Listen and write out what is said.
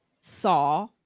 saw